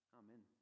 amen